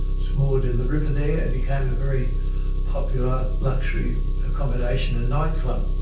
was moored in the river there and became very popular luxury accommodation and nightclub.